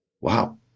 wow